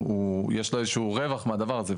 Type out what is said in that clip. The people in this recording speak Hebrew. יש לו איזשהו רווח מהדבר הזה.